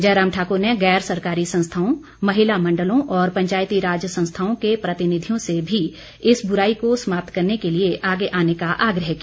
जयराम ठाकुर ने गैर सरकारी संस्थाओं महिला मंडलों और पंचायतीराज संस्थाओं के प्रतिनिधियों से भी इस बुराई को समाप्त करने के लिए आगे आने का आग्रह किया